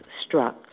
struck